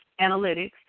Analytics